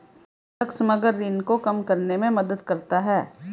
बंधक समग्र ऋण को कम करने में मदद करता है